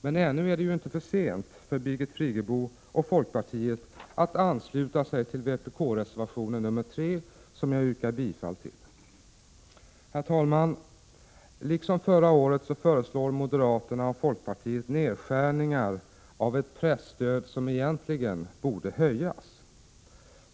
Men ännu är det ju inte för sent för Birgit Friggebo och folkpartiet att ansluta sig till vpk-reservationen 3, som jag yrkar bifall till. Herr talman! Liksom förra året föreslår moderaterna och folkpartiet nedskärningar av ett presstöd som egentligen borde höjas.